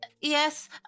Yes